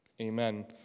Amen